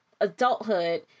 adulthood